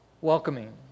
welcoming